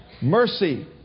Mercy